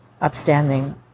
upstanding